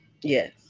Yes